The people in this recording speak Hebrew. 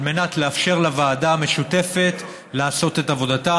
על מנת לאפשר לוועדה המשותפת לעשות את עבודתה.